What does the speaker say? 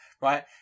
Right